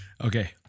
Okay